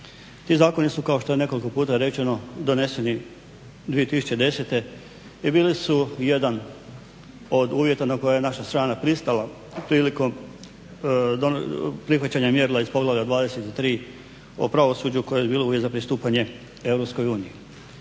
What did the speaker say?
Ti zakoni su kao što je nekoliko puta rečeno doneseni 2010. i bili su jedan od uvjeta na koje je naša strana pristala prilikom prihvaćanja mjerila iz poglavlja 23. o pravosuđu koje je bilo uvjet za pristupanje EU.